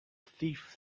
thief